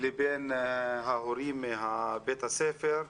לבין ההורים מבית הספר.